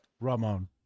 Ramon